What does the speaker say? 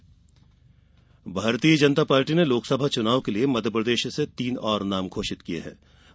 भाजपा सूची भारतीय जनता पार्टी ने लोकसभा चुनाव के लिये मध्यप्रदेश से तीन और नाम घोषित किये गये हैं